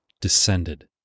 descended